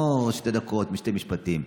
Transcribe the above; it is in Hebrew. לא שתי דקות או שני משפטים,